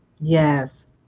Yes